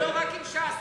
ההסכם הוא לא רק עם ש"ס,